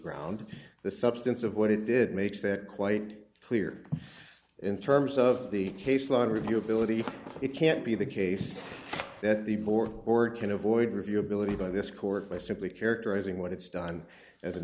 ground the substance of what it did makes that quite clear in terms of the case law review ability it can't be the case that the board can avoid review ability by this court by simply characterizing what it's done as an